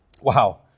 Wow